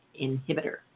inhibitor